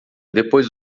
depois